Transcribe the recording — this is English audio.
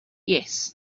yes